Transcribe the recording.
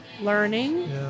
learning